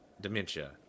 dementia